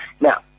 Now